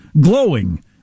glowing